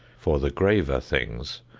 for the graver things,